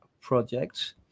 projects